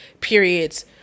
periods